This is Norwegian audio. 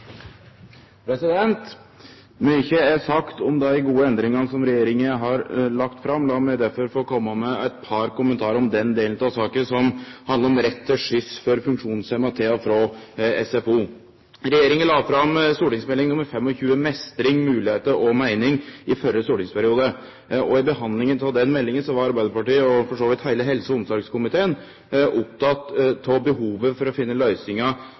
sagt om dei gode endringane som regjeringa har lagt fram. Lat meg derfor få komme med eit par kommentarar om den delen av saka som handlar om rett til skyss for funksjonshemma til og frå SFO. Regjeringa la fram St.meld. nr. 25 for 2005–2006 Mestring, muligheter og mening i førre stortingsperiode, og i behandlinga av den meldinga var Arbeidarpartiet, og for så vidt heile helse- og omsorgskomiteen, opptekne av behovet for å finne